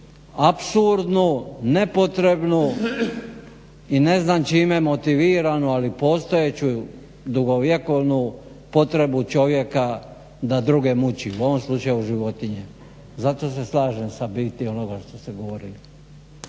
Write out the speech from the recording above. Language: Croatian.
apsurdnu, nepotrebnu i ne znam čime motiviranu ali postojeću dugovjekovnu potrebu čovjeka da druge muči u ovom slučaju životinje. Zato se slažem sa biti onoga što ste govorili.